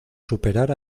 superar